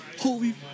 holy